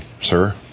sir